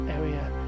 area